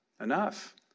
enough